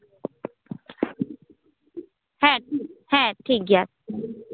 ᱦᱮᱸ ᱦᱮᱸ ᱴᱷᱤᱠᱜᱮᱭᱟ